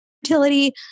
fertility